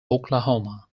oklahoma